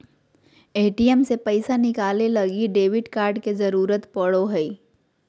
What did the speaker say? ATM से पैसा निकाले लगी डेबिट कार्ड के जरूरत पड़ो हय